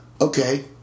okay